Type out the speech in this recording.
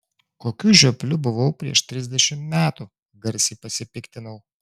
kokiu žiopliu buvau prieš trisdešimt metų garsiai pasipiktinau